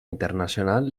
internacional